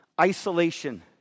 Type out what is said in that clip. Isolation